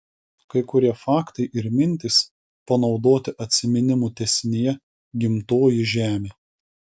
kai kurie faktai ir mintys panaudoti atsiminimų tęsinyje gimtoji žemė